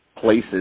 places